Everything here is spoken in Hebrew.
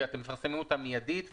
אתם מפרסמים אותן מידית,